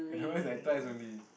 no it's like twice only